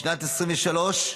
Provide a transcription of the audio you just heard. בשנת 2023,